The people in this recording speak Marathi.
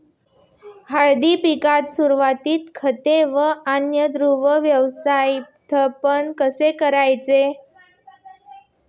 हळद पिकात सुरुवातीचे खत व अन्नद्रव्य व्यवस्थापन कसे करायचे?